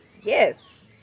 Yes